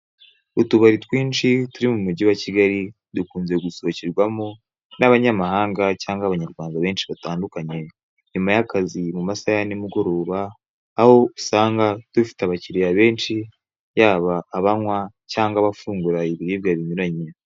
Utubari twinshi turi mu mujyi wa Kigali, dukunze gusohokerwamo n'abanyamahanga, cyangwa abanyarwanda benshi batandukanye. Nyuma y'akazi mu masaha ya nimugoroba, aho usanga dufite abakiliya benshi yaba abanywa, cyangwa abafungura ibiribwa binyuranye.